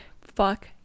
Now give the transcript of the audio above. fuck